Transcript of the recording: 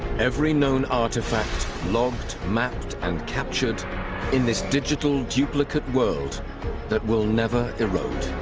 every known artifacts logged mapped and captured in this digital duplicate world that will never arose